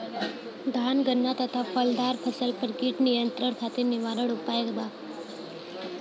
धान गन्ना तथा फलदार फसल पर कीट नियंत्रण खातीर निवारण उपाय का ह?